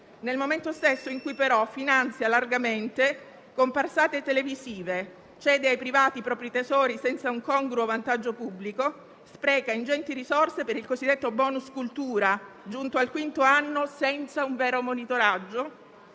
nel momento stesso in cui però finanzia largamente comparsate televisive, cede ai privati i propri tesori senza un congruo vantaggio pubblico, spreca ingenti risorse per il cosiddetto *bonus* cultura, giunto al quinto anno senza un vero monitoraggio,